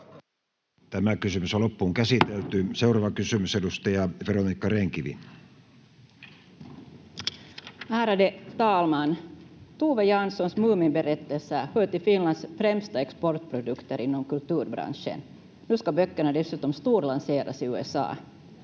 hallituksen kunnia-asia. Seuraava kysymys, edustaja Veronica Rehn-Kivi. Ärade talman! Tove Janssons muminberättelser hör till Finlands främsta exportprodukter inom kulturbranschen. Nu ska böckerna dessutom storlanseras i USA.